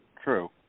True